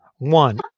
One